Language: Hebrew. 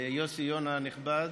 יוסי יונה הנכבד,